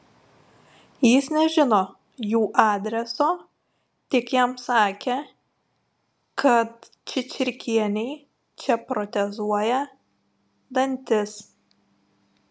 jis nežino jų adreso tik jam sakė kad čičirkienei čia protezuoja dantis